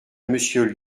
monsieur